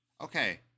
Okay